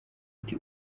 iti